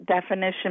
definition